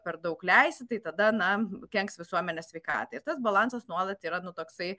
per daug leisi tai tada na kenks visuomenės sveikatai ir tas balansas nuolat yra nu toksai